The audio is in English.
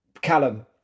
Callum